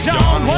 John